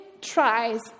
tries